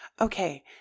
Okay